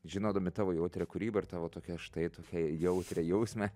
žinodami tavo jautrią kūrybą ir tavo tokią štai tokią jautria jausmę